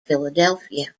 philadelphia